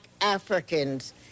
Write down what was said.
Africans